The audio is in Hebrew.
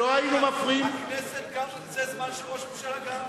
וזה גם זמן של הכנסת.